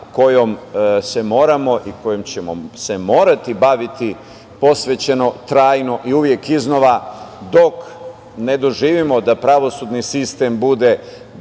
kojom se moramo i kojom ćemo se morati baviti posvećeno, trajno i uvek iznova, dok ne doživimo da pravosudni sistem bude